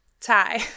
Tie